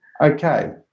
Okay